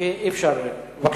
אנחנו עוברים לנושא